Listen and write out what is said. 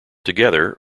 together